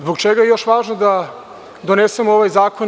Zbog čega je još važno da donesemo ovaj zakon?